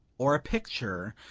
or a picture,